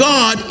God